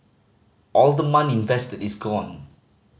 all the money invested is gone